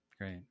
great